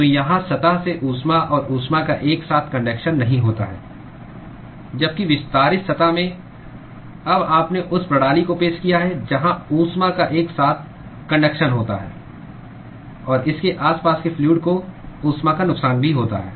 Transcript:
तो यहां सतह से ऊष्मा और ऊष्मा का एक साथ कन्डक्शन नहीं होता है जबकि विस्तारित सतह में अब आपने उस प्रणाली को पेश किया है जहां ऊष्मा का एक साथ कन्डक्शन होता है और इसके आसपास के फ्लूअड को ऊष्मा का नुकसान भी होता है